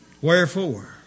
Wherefore